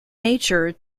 nature